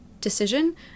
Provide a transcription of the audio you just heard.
decision